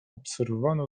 obserwowane